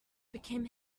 became